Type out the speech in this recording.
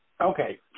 Okay